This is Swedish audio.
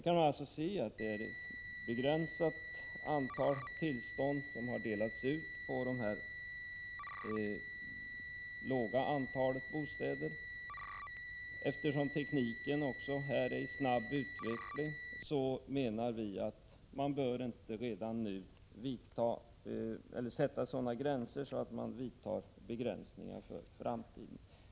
Vi kan alltså se att ett begränsat antal tillstånd delats ut för områden med 100-250 bostäder. Eftersom tekniken utvecklas så snabbt, menar vi att sådana gränser inte bör sättas som innebär begränsningar för framtiden.